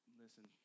Listen